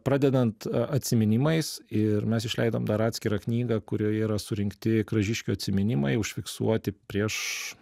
pradedant atsiminimais ir mes išleidom dar atskirą knygą kurioje yra surinkti kražiškių atsiminimai užfiksuoti prieš